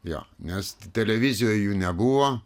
jo nes televizijoj jų nebuvo